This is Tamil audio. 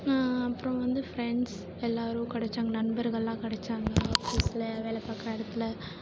அப்புறம் வந்து ஃப்ரெண்ட்ஸ் எல்லோரும் கெடைச்சாங்க நண்பர்கள்லாம் கெடைச்சாங்க ஆஃபீஸில் வேலை பார்க்கற இடத்துல